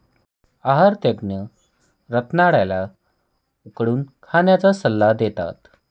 आहार तज्ञ रताळ्या ला उकडून खाण्याचा सल्ला देतात